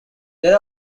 there